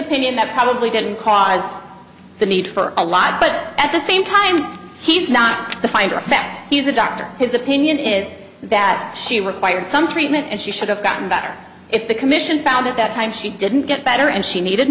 opinion that probably didn't cause the need for a lot but at the same time he's not the finder of fact he's a doctor his opinion is that she required some treatment and she should have gotten better if the commission found at that time she didn't get better and she needed